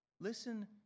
Listen